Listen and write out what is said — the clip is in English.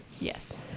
yes